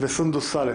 וסונדוס סאלח.